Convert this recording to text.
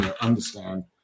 understand